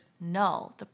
null